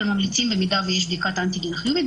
במידה ויש בדיקת אנטיגן חיובית,